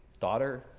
daughter